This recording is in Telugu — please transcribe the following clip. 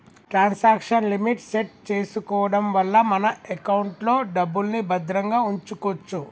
ట్రాన్సాక్షన్ లిమిట్ సెట్ చేసుకోడం వల్ల మన ఎకౌంట్లో డబ్బుల్ని భద్రంగా వుంచుకోచ్చు